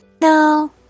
No